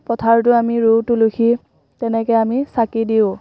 পথাৰতো আমি ৰুওঁ তুলসী তেনেকে আমি চাকি দিওঁ